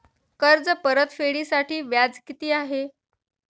कर्ज परतफेडीसाठी व्याज किती आहे?